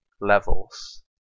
levels